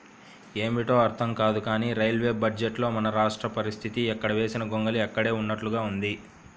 ఏమిటో అర్థం కాదు కానీ రైల్వే బడ్జెట్లో మన రాష్ట్ర పరిస్తితి ఎక్కడ వేసిన గొంగళి అక్కడే ఉన్నట్లుగా ఉంది